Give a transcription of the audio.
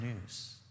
news